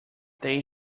they